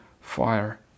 fire